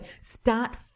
start